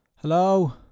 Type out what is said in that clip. hello